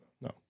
No